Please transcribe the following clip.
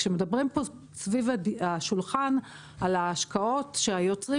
כשמדברים פה סביב השולחן על ההשקעות שהיוצרים,